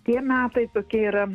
tie metai tokie yra